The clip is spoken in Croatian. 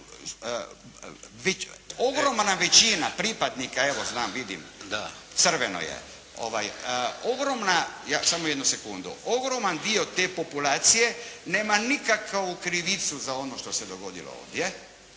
ogromna većina pripravnika, evo znam, vidim, crveno je, samo jednu sekundu, ogroman dio te populacije nema nikakvu krivicu za ono što se dogodilo ovdje,